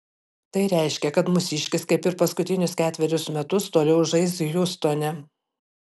tai reiškia kad mūsiškis kaip ir paskutinius ketverius metus toliau žais hjustone